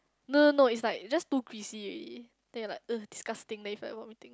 no no no it's like just too greasy already then you like !ugh! disgusting then you feel like vomiting